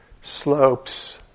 slopes